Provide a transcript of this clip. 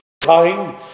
time